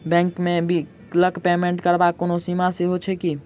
Bank सँ बिलक payment करबाक कोनो सीमा सेहो छैक की?